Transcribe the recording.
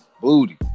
booty